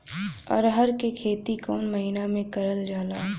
अरहर क खेती कवन महिना मे करल जाला?